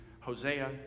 Hosea